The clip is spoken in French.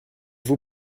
vous